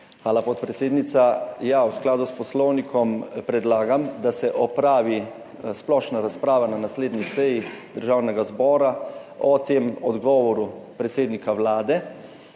Hvala, podpredsednica. Ja, v skladu s Poslovnikom predlagam, da se opravi splošna razprava na naslednji seji Državnega zbora o tem odgovoru predsednika Vlade,